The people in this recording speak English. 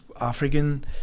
African